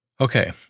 Okay